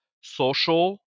social